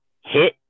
hit